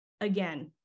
again